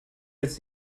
jetzt